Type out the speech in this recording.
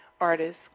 artists